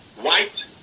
white